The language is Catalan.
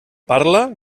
parla